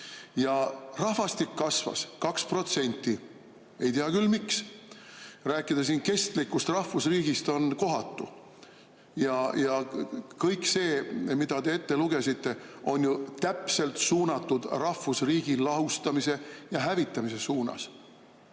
Aga rahvastik kasvas 2%. Ei tea küll, miks? Rääkida siin kestlikust rahvusriigist on kohatu. Ja kõik see, mis te ette lugesite, on ju täpselt suunatud rahvusriigi lahustamisele ja hävitamisele.